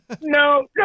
no